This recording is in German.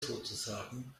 sozusagen